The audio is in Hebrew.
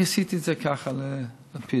אני עשיתי את זה ככה ללפיד.